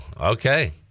okay